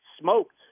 smoked